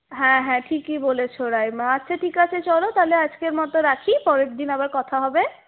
হ্যাঁ হ্যাঁ ঠিকই বলেছো রাইমা আচ্ছা ঠিক আছে চলো তাহলে আজকের মতো রাখি পরের দিন আবার কথা হবে